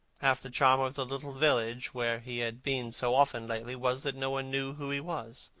half the charm of the little village where he had been so often lately was that no one knew who he was.